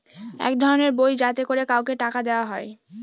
এক ধরনের বই যাতে করে কাউকে টাকা দেয়া হয়